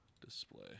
display